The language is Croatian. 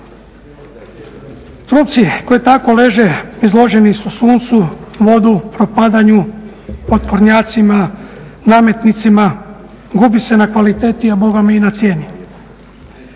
Trupci koji tako leže izloženi su suncu, vodi, propadanju, potpornjacima, nametnicima, gubi se na kvaliteti a bogami i na cijeni.